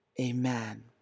Amen